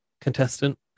Contestant